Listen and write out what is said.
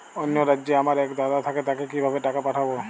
অন্য রাজ্যে আমার এক দাদা থাকে তাকে কিভাবে টাকা পাঠাবো?